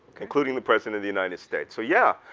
including the president of the united states. so yeah,